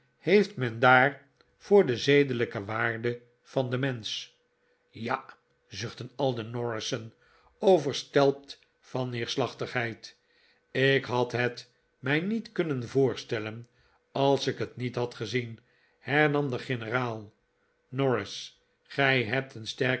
heeft men daar voor de zedelijke waarde van den mensch ja zuchtten al de norrissen overstelpt van neerslachtigheid ik had het mij niet kunnen voorstellen als ik het niet had gezien hernam de generaal norris gij hebt een